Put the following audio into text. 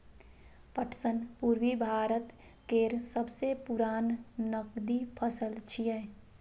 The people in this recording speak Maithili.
पटसन पूर्वी भारत केर सबसं प्रमुख नकदी फसल छियै